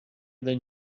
than